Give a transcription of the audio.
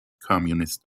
communist